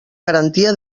garantia